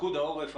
פיקוד העורף,